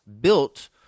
built